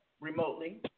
remotely